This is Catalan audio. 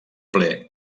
ple